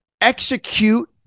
execute